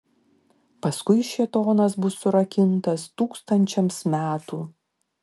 paskui šėtonas bus surakintas tūkstančiams metų